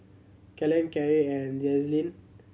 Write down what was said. Kellen Karie and Jazlynn